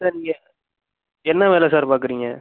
sir நீங்கள் என்ன வேலை சார் பார்க்குறீங்க